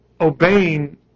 obeying